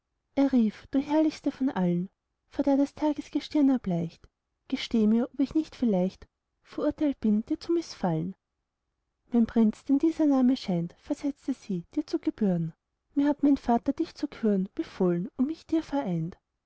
er rief du herrlichste von allen vor der das taggestirn erbleicht gesteh mir ob ich nicht vielleicht verurteilt bin dir zu mißfallen mein prinz denn dieser name scheint versetzte sie dir zu gebühren mir hat mein vater dich zu küren befohlen und mich dir vereint